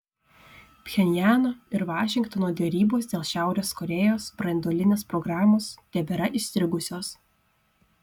pchenjano ir vašingtono derybos dėl šiaurės korėjos branduolinės programos tebėra įstrigusios